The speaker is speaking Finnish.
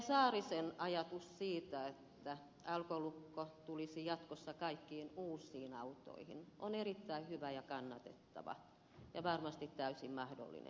saarisen ajatus siitä että alkolukko tulisi jatkossa kaikkiin uusiin autoihin on erittäin hyvä ja kannatettava ja varmasti täysin mahdollinenkin